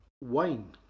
wine